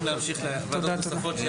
אנחנו פשוט צריכים להמשיך לוועדות נוספות.